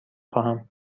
خواهم